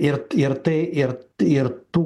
ir ir tai ir ir tų